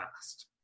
fast